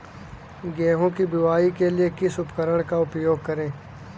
गेहूँ की बुवाई के लिए किस उपकरण का उपयोग करें?